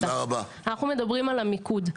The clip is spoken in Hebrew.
אנחנו מדברים על המיקוד.